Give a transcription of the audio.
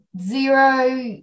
zero